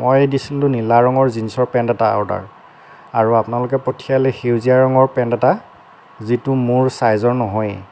মই দিছিলোঁ নীলা ৰঙৰ জিঞ্চৰ পেণ্ট এটা অৰ্ডাৰ আৰু আপোনালোকে পঠিয়ালে সেউজীয়া ৰঙৰ পেণ্ট এটা যিটো মোৰ ছাইজৰ নহয়ে